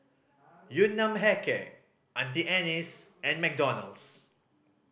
Yun Nam Hair Care Auntie Anne's and McDonald's